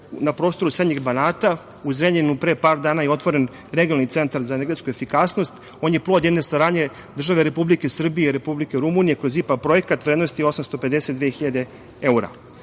na prostoru srednjeg Banata. U Zrenjaninu pre par dana je otvoren Regionalni centar za energetsku efikasnost. On je plod jedne saradnje države Republike Srbije i Republike Rumunije, kroz IPA projekat, vrednosti 852